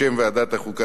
בשם ועדת החוקה,